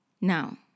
Now